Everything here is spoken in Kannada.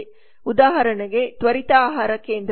ಉದಾಹರಣೆಗೆ ತ್ವರಿತ ಆಹಾರಕೇಂದ್ರ